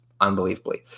Unbelievably